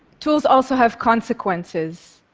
tools also have consequences.